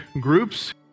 groups